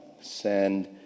send